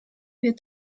wird